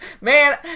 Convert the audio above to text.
Man